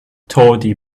tawdry